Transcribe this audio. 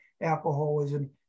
alcoholism